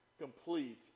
complete